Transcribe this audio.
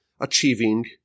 Achieving